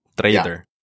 trader